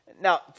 Now